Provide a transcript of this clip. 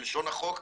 כלשון החוק,